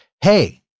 hey